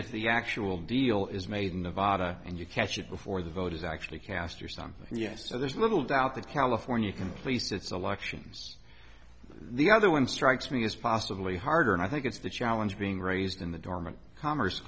if the actual deal is made in nevada and you catch it before the voters actually cast or something yes so there's little doubt that california completes its elections the other one strikes me as possibly harder and i think it's the challenge being raised in the dormant commerce